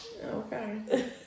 Okay